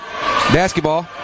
basketball